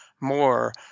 more